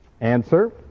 Answer